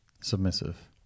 submissive